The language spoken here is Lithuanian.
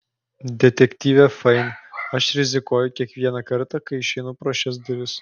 detektyve fain aš rizikuoju kiekvieną kartą kai išeinu pro šias duris